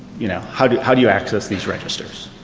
you know how do how do you access these registers.